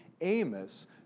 Amos